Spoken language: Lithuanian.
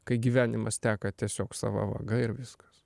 kai gyvenimas teka tiesiog sava vaga ir viskas